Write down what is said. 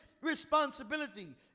responsibility